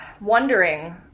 wondering